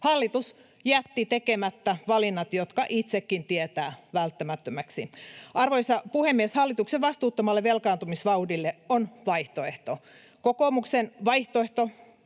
Hallitus jätti tekemättä valinnat, jotka itsekin tietää välttämättömiksi. Arvoisa puhemies! Hallituksen vastuuttomalle velkaantumisvauhdille on vaihtoehto. Kokoomuksen vaihtoehdon